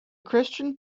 christian